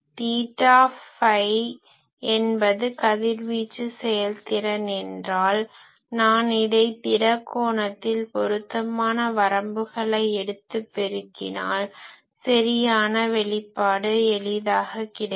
theta phi என்பது கதிர்வீச்சு செயல்திறன் என்றால் நான் இதை திட கோணத்தால் பொருத்தமான வரம்புகளை எடுத்து பெருக்கினால் சரியான வெளிப்பாடு எளிதாக கிடைக்கும்